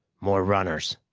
more runners.